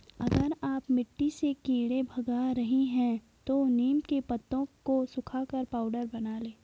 अगर आप मिट्टी से कीड़े भगा रही हैं तो नीम के पत्तों को सुखाकर पाउडर बना लें